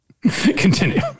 Continue